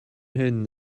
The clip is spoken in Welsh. hyn